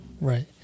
Right